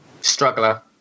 Struggler